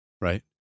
right